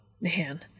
Man